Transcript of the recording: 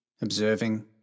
observing